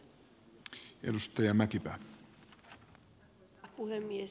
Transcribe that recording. arvoisa puhemies